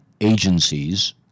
agencies